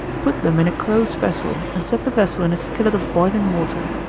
put them in a close vessel, and set the vessel in a skillet of boiling water.